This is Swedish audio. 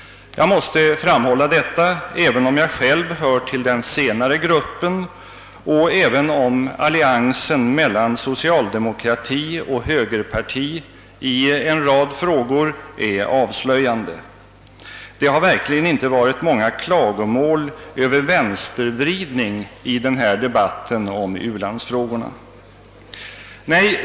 Jag måste framhålla detta, även om jag själv hör till den senare gruppen och även om alliansen mellan socialdemokraterna och högern i en rad frågor är avslöjande. Det har verkligen inte varit många klagomål över vänstervridning i denna debatt om u-landsfrågorna.